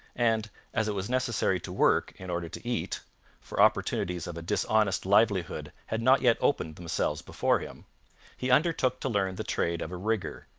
and as it was necessary to work in order to eat for opportunities of a dishonest livelihood had not yet opened themselves before him he undertook to learn the trade of a rigger,